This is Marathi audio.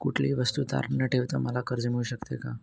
कुठलीही वस्तू तारण न ठेवता मला कर्ज मिळू शकते का?